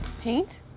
paint